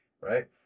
right